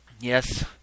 Yes